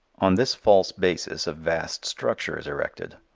on this false basis a vast structure is erected.